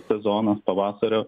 sezonas pavasario